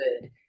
good